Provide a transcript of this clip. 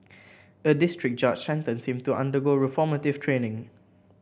a district judge sentenced him to undergo reformative training